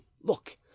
look